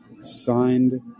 signed